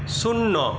শূন্য